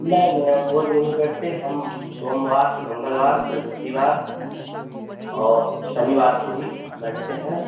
नए नए हम रोज नहीं बैठते हम सोमवार मंगलवार बृहस्पतिवार और शनिवार को ही बैठते हैं